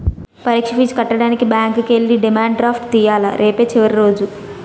పరీక్ష ఫీజు కట్టడానికి బ్యాంకుకి ఎల్లి డిమాండ్ డ్రాఫ్ట్ తియ్యాల రేపే చివరి రోజు